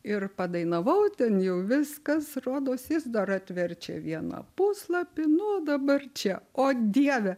ir padainavau ten jau viskas rodos jis dar atverčia vieną puslapį nu o dabar čia o dieve